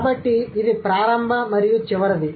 కాబట్టి ఇది ప్రారంభ మరియు చివరిది